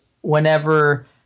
whenever